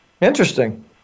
interesting